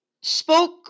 spoke